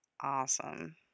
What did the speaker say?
Awesome